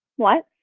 what?